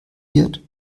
wird